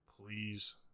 Please